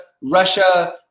Russia